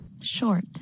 short